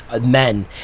men